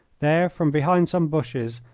there, from behind some bushes,